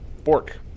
Bork